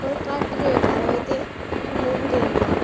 थोह्ड़े घट्ट रेट लाएओ ते उनें बी लैनी आं